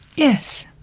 yes,